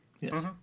Yes